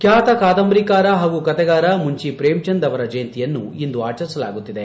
ಖ್ಯಾತ ಕಾದಂಬರಿಕಾರ ಹಾಗೂ ಕಥೆಗಾರ ಮುನ್ವಿ ಪ್ರೇಮಚಂದ್ ಅವರ ಜಯಂತಿಯನ್ನು ಇಂದು ಆಚರಿಸಲಾಗುತ್ತಿದೆ